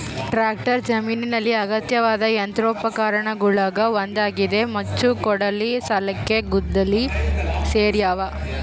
tractor ಜಮೀನಿನಲ್ಲಿ ಅಗತ್ಯವಾದ ಯಂತ್ರೋಪಕರಣಗುಳಗ ಒಂದಾಗಿದೆ ಮಚ್ಚು ಕೊಡಲಿ ಸಲಿಕೆ ಗುದ್ದಲಿ ಸೇರ್ಯಾವ